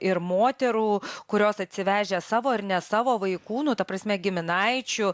ir moterų kurios atsivežę savo ar ne savo vaikų nu ta prasme giminaičių